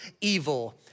evil